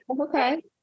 Okay